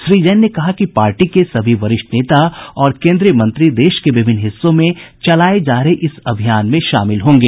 श्री जैन ने कहा कि पार्टी के सभी वरिष्ठ नेता और केन्द्रीय मंत्री देश के विभिन्न हिस्सों में चलाए जा रहे इस अभियान में शामिल होंगे